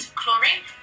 chlorine